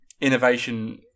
innovation